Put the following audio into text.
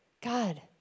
God